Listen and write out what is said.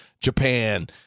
Japan